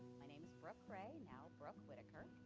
my name is brooke ray, now brooke whitaker.